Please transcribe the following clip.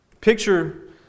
Picture